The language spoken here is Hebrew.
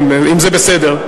אם זה בסדר.